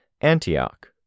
Antioch